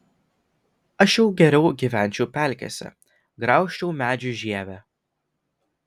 aš jau geriau gyvenčiau pelkėse graužčiau medžių žievę